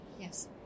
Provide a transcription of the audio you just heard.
Yes